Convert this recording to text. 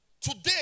today